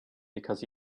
because